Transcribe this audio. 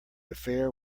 affair